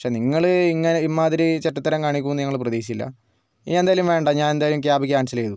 പക്ഷേ നിങ്ങൾ ഇങ്ങനെ ഇമ്മാതിരി ചെറ്റത്തരം കാണിക്കുമെന്ന് ഞങ്ങൾ പ്രതീക്ഷിച്ചില്ല ഇനിയെന്തായാലും വേണ്ട ഞാനെന്തായാലും ക്യാബ് ക്യാൻസൽ ചെയ്തു